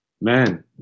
man